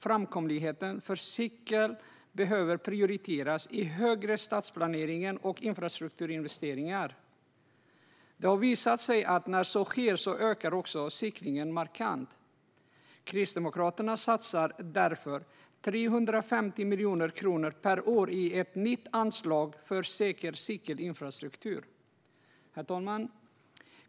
Framkomligheten för cyklar behöver prioriteras högre i stadsplaneringen och vid infrastrukturinvesteringar. Det har visat sig att när så sker ökar också cyklingen markant. Kristdemokraterna satsar därför 350 miljoner kronor per år i ett nytt anslag för säker cykelinfrastruktur. Herr talman!